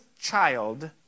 child